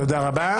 תודה רבה.